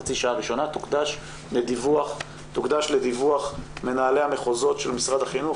חצי השעה הראשונה תוקדש לדיווח מנהלי המחוזות של משרד החינוך.